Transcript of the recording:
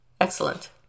excellent